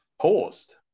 paused